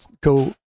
go